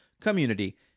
Community